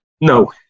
no